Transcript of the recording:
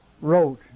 wrote